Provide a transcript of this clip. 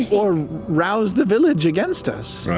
or rouse the village against us.